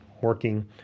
working